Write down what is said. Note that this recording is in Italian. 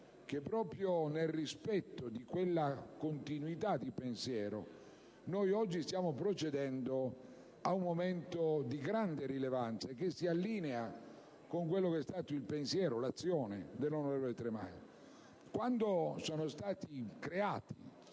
che, proprio nel rispetto di quella continuità di pensiero, oggi stiamo procedendo ad un momento di grande rilevanza, che si allinea con quelli che sono stati il pensiero e l'azione dell'onorevole Tremaglia. Quando sono stati creati,